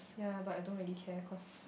ya but I don't really care cause